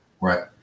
Right